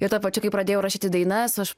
ir tuo pačiu kai pradėjau rašyti dainas aš